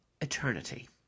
eternity